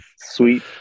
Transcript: sweet